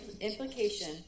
implication